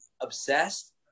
obsessed